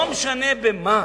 לא משנה במה,